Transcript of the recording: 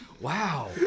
Wow